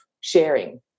sharing